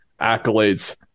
accolades